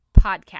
podcast